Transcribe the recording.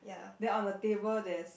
then on the table there's